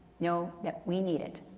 know that we need it.